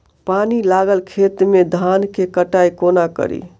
पानि लागल खेत मे धान केँ कटाई कोना कड़ी?